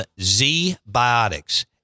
Z-Biotics